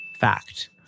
Fact